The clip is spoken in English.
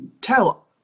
tell